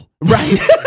Right